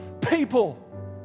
People